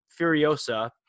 Furiosa